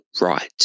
right